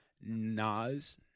Nas